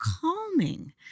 calming